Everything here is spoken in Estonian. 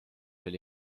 oli